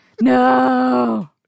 no